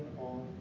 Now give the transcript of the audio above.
on